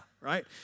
right